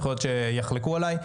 יכול להיות שיחלקו עליי.